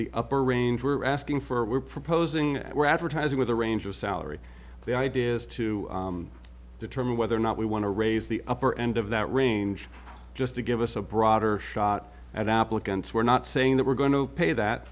the upper range we're asking for we're proposing and we're advertising with a range of salary the idea is to determine whether or not we want to raise the upper end of that range just to give us a broader shot at applicants we're not saying that we're going to pay that